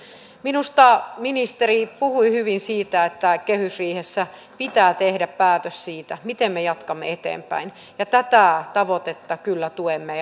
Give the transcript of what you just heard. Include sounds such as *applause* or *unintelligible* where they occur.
minusta ministeri puhui hyvin siitä että kehysriihessä pitää tehdä päätös siitä miten me jatkamme eteenpäin tätä tavoitetta kyllä tuemme *unintelligible*